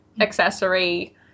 accessory